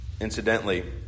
Incidentally